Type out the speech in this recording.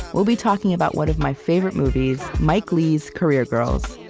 we'll be talking about one of my favorite movies, mike leigh's career girls.